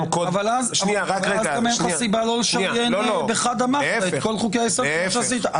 --- אבל אז אין סיבה לא לשריין בחדא-מכתה את כל חוקי היסוד שעשית.